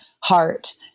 heart